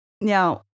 now